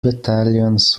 battalions